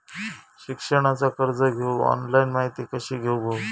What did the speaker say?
शिक्षणाचा कर्ज घेऊक ऑनलाइन माहिती कशी घेऊक हवी?